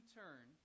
turn